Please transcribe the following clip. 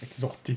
exotic